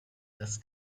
das